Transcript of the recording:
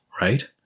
right